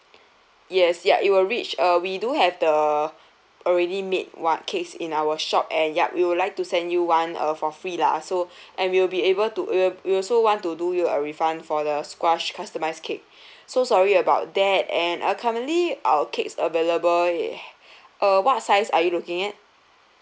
yes yup it will reach uh we do have the already made what cakes in our shop and yup we would like to send you one uh for free lah so and we will be able to we'll we also want to do you a refund for the squashed customised cake so sorry about that and uh currently our cakes available uh what size are you looking at